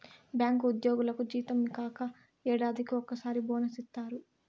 bank ఉద్యోగులకు జీతం కాక ఏడాదికి ఒకసారి బోనస్ ఇత్తారు